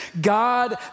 God